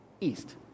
east